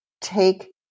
Take